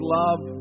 love